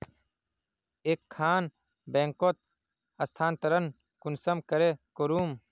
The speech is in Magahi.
एक खान बैंकोत स्थानंतरण कुंसम करे करूम?